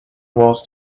was